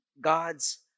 God's